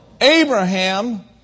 Abraham